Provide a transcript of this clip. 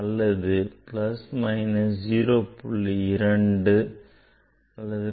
2 or plus minus 0